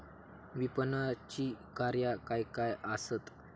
विपणनाची कार्या काय काय आसत?